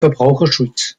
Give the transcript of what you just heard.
verbraucherschutz